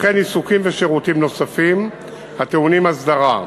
וכן עיסוקים ושירותים נוספים הטעונים הסדרה,